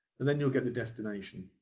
and then you'll get a destination.